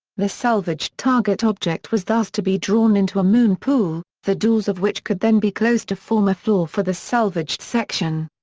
the salvaged target object was thus to be drawn into a moon pool, the doors of which could then be closed to form a floor for the salvaged section.